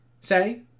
say